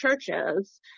churches